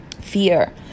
fear